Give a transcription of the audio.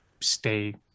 stay